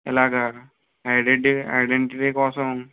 ఇలాగ ఐడెంటి ఐడెంటిటీ కోసం